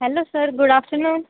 hello sir good afternoon